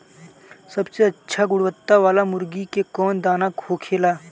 सबसे अच्छा गुणवत्ता वाला मुर्गी के कौन दाना होखेला?